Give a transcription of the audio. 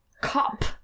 cop